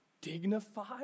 dignified